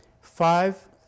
Five